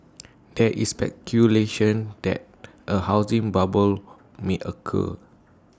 there is speculation that A housing bubble may occur